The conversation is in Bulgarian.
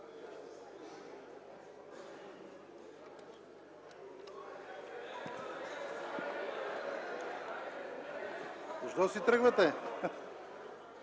благодаря